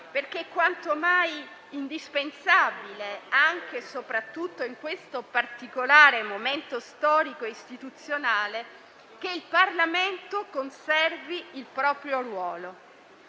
È quanto mai indispensabile, anche e soprattutto in questo particolare momento storico e istituzionale, che il Parlamento conservi il proprio ruolo.